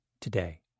today